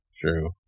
True